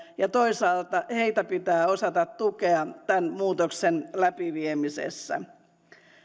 ja toisaalta heitä pitää osata tukea tämän muutoksen läpiviemisessä